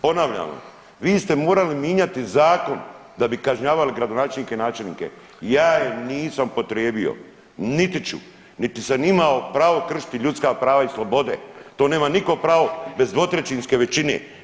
Ponavljam, vi ste morali minjati zakon da bi kažnjavali gradonačelnike i načelnike, ja je nisam upotrijebio niti ću, niti sam imao pravo kršiti ljudska prava i slobode, to nema niko pravo bez dvotrećinske većine.